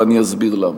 ואני אסביר למה.